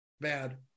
bad